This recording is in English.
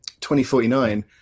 2049